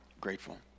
grateful